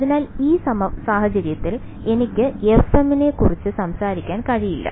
അതിനാൽ ഈ സാഹചര്യത്തിൽ എനിക്ക് fm നെക്കുറിച്ച് സംസാരിക്കാൻ കഴിയില്ല